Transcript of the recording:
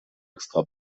extra